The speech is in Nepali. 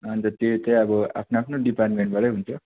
अन्त त्यो चाहिँ अब आफ्नो आफ्नो डिपार्टमेन्टबाटै हुन्छ